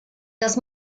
dass